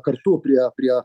kartų prie prie